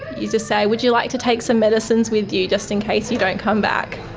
you just say, would you like to take some medicines with you, just in case you don't come back?